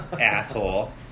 Asshole